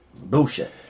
bullshit